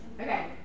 Okay